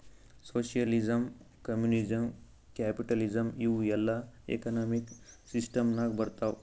socialism, communism, capitalism ಇವೂ ಎಲ್ಲಾ economic system ನಾಗ್ ಬರ್ತಾವ್